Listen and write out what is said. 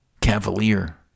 cavalier